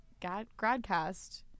Gradcast